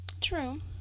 True